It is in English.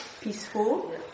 peaceful